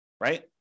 right